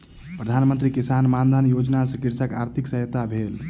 प्रधान मंत्री किसान मानधन योजना सॅ कृषकक आर्थिक सहायता भेल